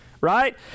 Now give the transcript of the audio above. Right